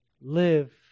live